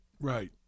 Right